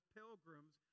pilgrims